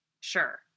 sure